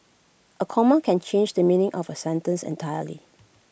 A comma can change the meaning of A sentence entirely